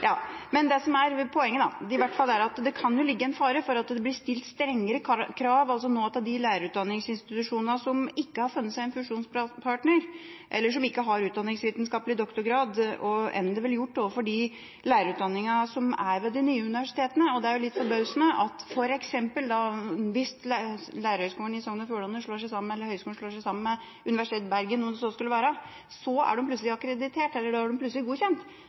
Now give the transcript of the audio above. blir stilt strengere krav til de lærerutdanningsinstitusjonene som ikke har funnet seg en fusjonspartner, eller som ikke har utdanningsvitenskapelig doktorgrad, enn det ville blitt gjort til de lærerutdanningene som er ved de nye universitetene. Da er det jo litt forbausende at hvis f.eks. Høgskulen i Sogn og Fjordane slår seg sammen med Universitetet i Bergen – om så skulle være – så er de plutselig akkreditert, da er de plutselig godkjent.